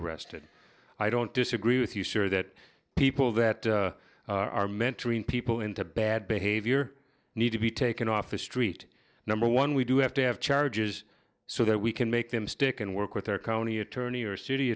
arrested i don't disagree with you sure that people that are mentoring people into bad behavior need to be taken off the street number one we do have to have charges so that we can make them stick and work with our county attorney or city